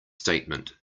statement